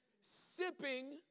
sipping